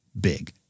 big